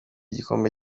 igikombe